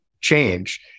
change